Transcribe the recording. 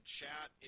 chat